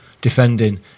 defending